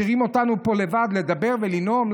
משאירים אותנו פה לבד לדבר ולנאום.